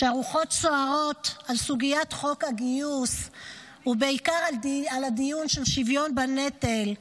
כשהרוחות סוערות על סוגיית חוק הגיוס ובעיקר על הדיון של שוויון בנטל,